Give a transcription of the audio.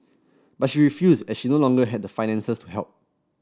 but she refused as she no longer had the finances to help